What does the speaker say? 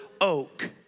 oak